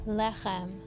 Lechem